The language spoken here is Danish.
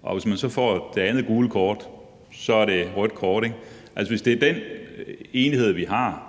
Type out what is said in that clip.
hvor man så, hvis man får det andet gule kort, får et rødt kort, altså hvis det er den enighed, vi har,